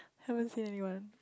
haven't seen anyone